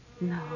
No